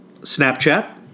Snapchat